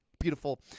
Beautiful